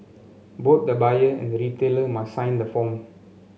both the buyer and the retailer must sign the form